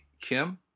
Kim